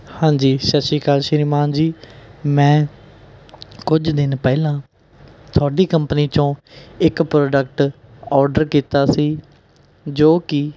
ਹਾਂਜੀ ਸਤਿ ਸ਼੍ਰੀ ਅਕਾਲ ਸ਼੍ਰੀਮਾਨ ਜੀ ਮੈਂ ਕੁਝ ਦਿਨ ਪਹਿਲਾਂ ਤੁਹਾਡੀ ਕੰਪਨੀ 'ਚੋਂ ਇੱਕ ਪ੍ਰੋਡਕਟ ਔਡਰ ਕੀਤਾ ਸੀ ਜੋ ਕਿ